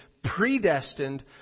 predestined